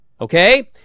okay